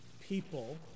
people